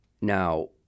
Now